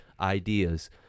ideas